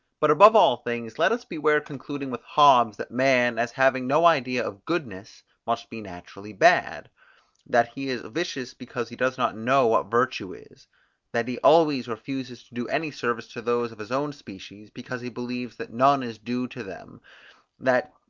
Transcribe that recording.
but above all things let us beware concluding with hobbes, that man, as having no idea of goodness, must be naturally bad that he is vicious because he does not know what virtue is that he always refuses to do any service to those of his own species, because he believes that none is due to them that,